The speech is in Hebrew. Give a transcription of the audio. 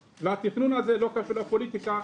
והתכנון הזה לא קשור לפוליטיקה,